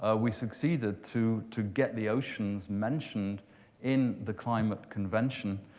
ah we succeeded to to get the oceans mentioned in the climate convention,